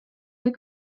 või